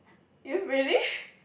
you really